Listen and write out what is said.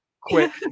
quick